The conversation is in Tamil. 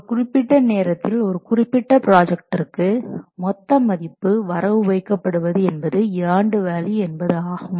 ஒரு குறிப்பிட்ட நேரத்தில் ஒரு குறிப்பிட்ட பிராஜக்டிற்கு மொத்த மதிப்பு வரவு வைக்கப்படுவது என்பது ஏண்டு வேல்யூ என்பது ஆகும்